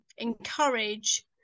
encourage